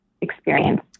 experience